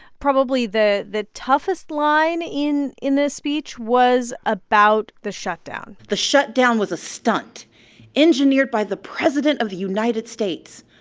probably the the toughest line in in the speech was about the shutdown the shutdown was a stunt engineered by the president of the united states,